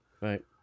Right